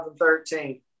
2013